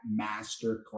Masterclass